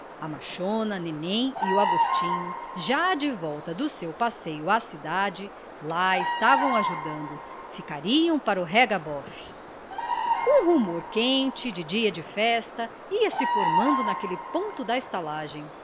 a machona nenen e o agostinho já de volta do seu passeio à cidade lá estavam ajudando ficariam para o rega bofe um rumor quente de dia de festa ia-se formando naquele ponto da estalagem